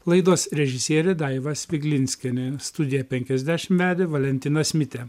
laidos režisierė daiva spiglinskienė studiją penkiasdešim vedė valentinas mitė